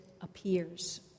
appears